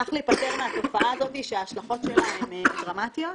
וכך להיפטר מהתופעה הזאת שההשלכות שלה הן דרמטיות.